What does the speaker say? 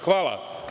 Hvala.